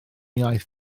iaith